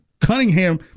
Cunningham